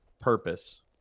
purpose